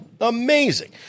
Amazing